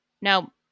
no